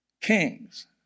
Kings